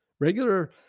Regular